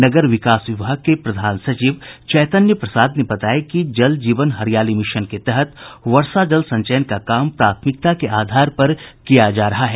नगर विकास विभाग के प्रधान सचिव चैतन्य प्रसाद ने बताया कि जल जीवन हरियाली मिशन के तहत वर्षा जल संचयन का काम प्राथमिकता के आधार पर किया जा रहा है